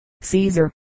Caesar